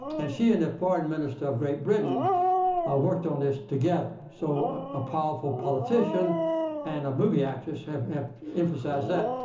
and she and the foreign minister of great britain worked on this together. so a powerful politician and a movie actress have have emphasized that.